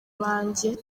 banjye